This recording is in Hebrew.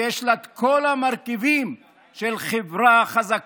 שיש לה את כל המרכיבים של חברה חזקה,